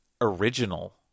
original